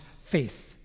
faith